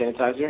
sanitizer